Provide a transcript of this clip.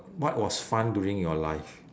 what was fun during your life